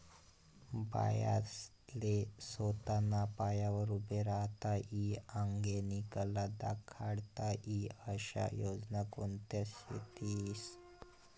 बायास्ले सोताना पायावर उभं राहता ई आंगेनी कला दखाडता ई आशा योजना कोणत्या शेतीस?